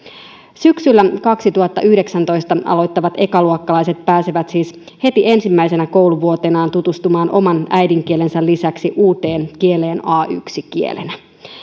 syksyllä kaksituhattayhdeksäntoista aloittavat ekaluokkalaiset pääsevät siis heti ensimmäisenä kouluvuotenaan tutustumaan oman äidinkielensä lisäksi uuteen kieleen a yksi kielenä